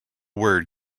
word